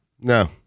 No